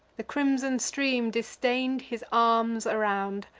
the crimson stream distain'd his arms around,